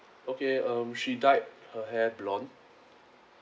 okay um she dyed her hair blonde